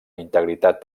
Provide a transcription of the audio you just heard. integritat